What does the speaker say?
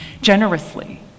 generously